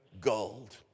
gold